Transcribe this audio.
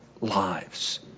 lives